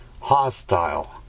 hostile